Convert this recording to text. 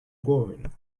going